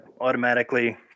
automatically